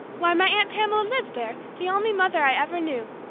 why, my aunt pamela lives there the only mother i ever knew!